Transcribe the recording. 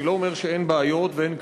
אני לא אומר שאין בעיות ואין קשיים,